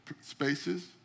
spaces